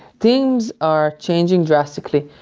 things are changing drastically.